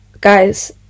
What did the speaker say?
guys